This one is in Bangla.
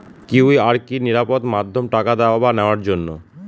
কিউ.আর কি নিরাপদ মাধ্যম টাকা দেওয়া বা নেওয়ার জন্য?